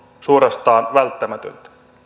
suorastaan välttämätöntä